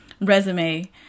resume